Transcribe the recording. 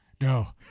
No